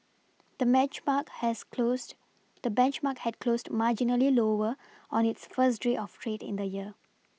the match mark has closed the benchmark had closed marginally lower on its first trade of trade in the year